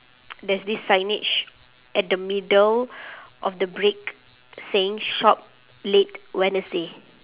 there's this signage at the middle of the brick saying shop late wednesday